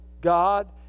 God